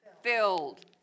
filled